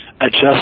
adjust